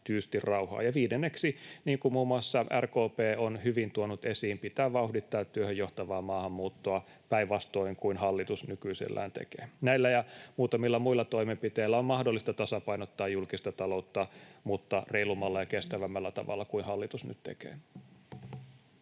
Ja viidenneksi, niin kuin muun muassa RKP on hyvin tuonut esiin, pitää vauhdittaa työhön johtavaa maahanmuuttoa päinvastoin kuin hallitus nykyisellään tekee. Näillä ja muutamilla muilla toimenpiteillä on mahdollista tasapainottaa julkista taloutta, mutta reilummalla ja kestävämmällä tavalla kuin hallitus nyt tekee.